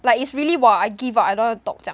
like is really !wah! I give up I don't want to talk 这样